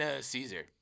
Caesar